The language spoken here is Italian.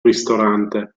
ristorante